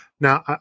Now